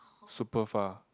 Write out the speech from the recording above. super far